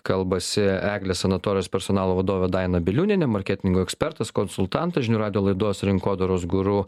kalbasi eglės sanatorijos personalo vadovė daina biliūnienė marketingo ekspertas konsultantas žinių radijo laidos rinkodaros guru